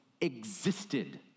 existed